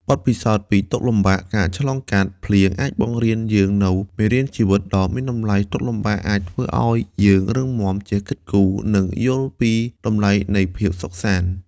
បទពិសោធន៍ពីទុក្ខលំបាក ការឆ្លងកាត់ "ភ្លៀង" អាចបង្រៀនយើងនូវ មេរៀនជីវិត ដ៏មានតម្លៃ ទុក្ខលំបាកអាចធ្វើឲ្យយើងរឹងមាំ ចេះគិតគូរ និងយល់ពីតម្លៃនៃភាពសុខសាន្ត។